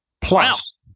plus